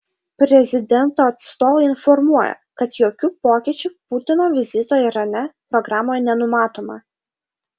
prezidento atstovai informuoja kad jokių pokyčių putino vizito irane programoje nenumatoma